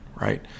right